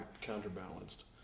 counterbalanced